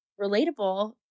relatable